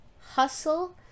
hustle